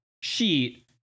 sheet